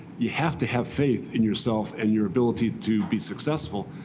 you have to have faith in yourself and your ability to be successful.